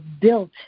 built